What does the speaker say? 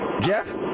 Jeff